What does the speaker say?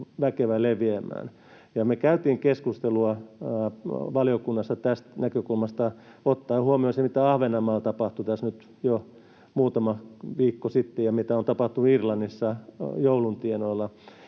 väkevä leviämään. Me käytiin keskustelua valiokunnassa tästä näkökulmasta ottaen huomioon se, mitä Ahvenanmaalla tapahtui tässä nyt jo muutama viikko sitten ja mitä on tapahtunut Irlannissa joulun tienoilla.